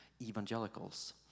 evangelicals